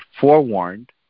forewarned